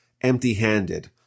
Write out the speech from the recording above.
empty-handed